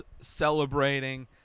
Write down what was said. Celebrating